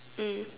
mm